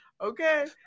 Okay